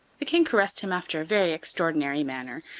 the king caressed him after a very extraordinary manner,